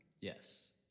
Yes